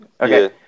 Okay